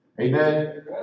Amen